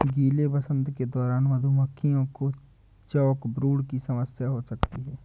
गीले वसंत के दौरान मधुमक्खियों को चॉकब्रूड की समस्या हो सकती है